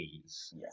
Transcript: Yes